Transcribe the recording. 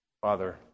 Father